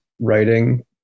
writing